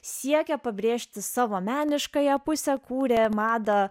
siekia pabrėžti savo meniškąją pusę kūrė madą